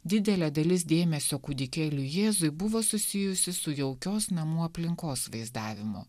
didelė dalis dėmesio kūdikėliui jėzui buvo susijusi su jaukios namų aplinkos vaizdavimu